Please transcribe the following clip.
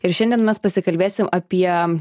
ir šiandien mes pasikalbėsim apie